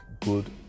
good